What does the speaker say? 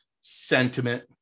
sentiment